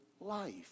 life